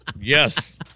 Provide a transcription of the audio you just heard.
yes